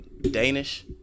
Danish